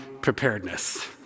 preparedness